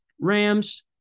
rams